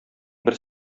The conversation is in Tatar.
бер